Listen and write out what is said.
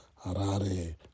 Harare